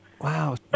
wow